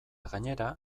gainera